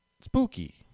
Spooky